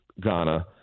Ghana